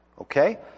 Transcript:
Okay